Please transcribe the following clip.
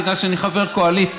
בגלל שאני חבר קואליציה.